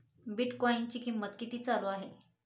बिटकॉइनचे कीमत किती चालू आहे